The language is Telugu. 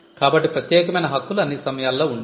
కాబట్టి ప్రత్యేకమైన హక్కులు అన్ని సమయాల్లో ఉండేవి